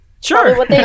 Sure